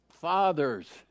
Fathers